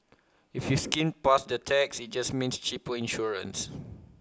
if you skimmed past that text IT just means cheaper insurance